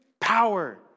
power